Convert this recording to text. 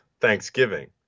Thanksgiving